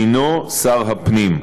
הנו שר הפנים.